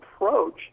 approach